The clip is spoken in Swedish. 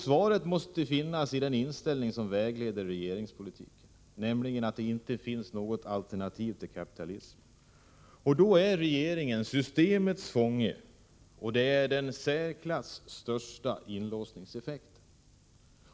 Svaret måste finnas i den inställning som vägleder regeringspolitiken, nämligen att det inte finns något alternativ till kapitalismen. Då är regeringen systemets fånge, och det är den i särklass största inlåsningseffekten.